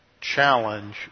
challenge